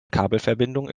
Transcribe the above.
kabelverbindungen